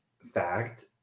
fact